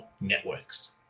networks